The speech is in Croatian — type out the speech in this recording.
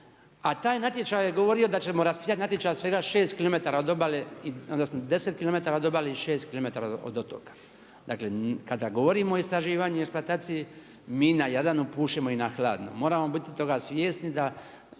A taj natječaj je govorio da ćemo raspisati natječaj od svega 6 km od obale, odnosno 10 km od obale i 6 km od otoka. Dakle, kada govorimo o istraživanju i eksploataciji mi na Jadranu pušemo i na hladno. Moramo biti toga svjesni da